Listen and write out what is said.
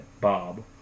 Bob